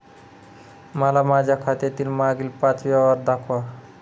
मला माझ्या खात्यातील मागील पांच व्यवहार दाखवा